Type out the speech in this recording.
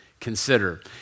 consider